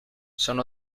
son